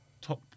top